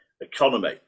economy